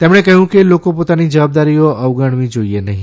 તેમણે કહ્યું કે લોકો પોતાની જવાબદારીઓ અવગણવી જોઇએ નહી